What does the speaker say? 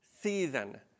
season